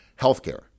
healthcare